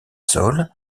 sols